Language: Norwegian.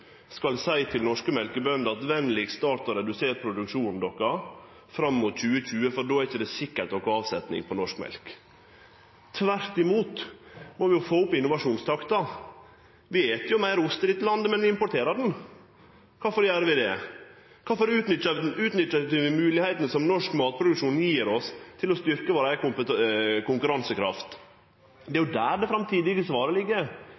skal seie til norske mjølkebønder: Ver så venleg å redusere produksjonen dykkar fram mot 2020, for då er det ikkje sikkert at de har avsetnad på norsk mjølk. Tvert imot må vi få opp innovasjonstakta. Vi et jo meir ost i dette landet, men vi importerer han. Kvifor gjer vi det? Kvifor utnytter vi ikkje dei moglegheitene som norsk matproduksjon gjev oss, til å styrkje vår konkurransekraft? Det er jo der det framtidige svaret ligg